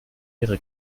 wäre